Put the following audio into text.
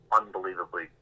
unbelievably